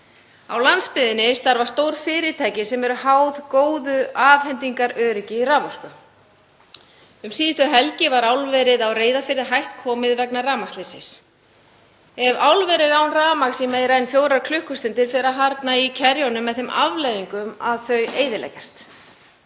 Á landsbyggðinni starfa stór fyrirtæki sem eru háð góðu afhendingaröryggi raforku. Um síðustu helgi var álverið á Reyðarfirði hætt komið vegna rafmagnsleysis. Ef álver er án rafmagns í meira en fjórar klukkustundir fer að harðna í kerjunum með þeim afleiðingum að þau eyðileggjast.